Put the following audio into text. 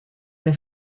nel